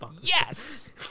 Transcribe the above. Yes